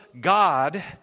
God